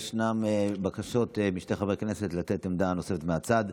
יש בקשות משני חברי כנסת לתת עמדה נוספת מהצד.